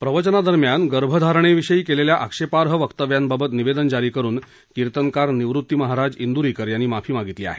प्रवचनादरम्यान गर्भधारणेविषयी केलेल्या आक्षेपाई वक्तव्यांबाबत निवेदन जारी करून कीर्तनकार निवृत्ती महाराज इंद्रीकर यांनी माफी मागितली आहे